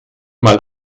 mal